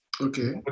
okay